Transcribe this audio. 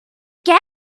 get